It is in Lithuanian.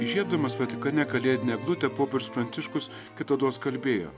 įžiebdamas vatikane kalėdinę eglutę popiežius pranciškus kitados kalbėjo